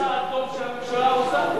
אולי זה צעד טוב שהממשלה עושה,